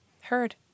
heard